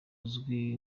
uzwi